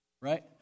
right